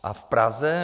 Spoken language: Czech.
A v Praze?